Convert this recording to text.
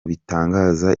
bitanga